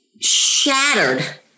shattered